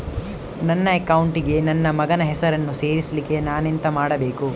ನನ್ನ ಅಕೌಂಟ್ ಗೆ ನನ್ನ ಮಗನ ಹೆಸರನ್ನು ಸೇರಿಸ್ಲಿಕ್ಕೆ ನಾನೆಂತ ಮಾಡಬೇಕು?